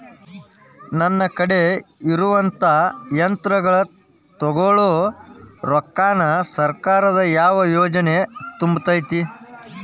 ನನ್ ಕಡೆ ಇರುವಂಥಾ ಯಂತ್ರಗಳ ತೊಗೊಳು ರೊಕ್ಕಾನ್ ಸರ್ಕಾರದ ಯಾವ ಯೋಜನೆ ತುಂಬತೈತಿ?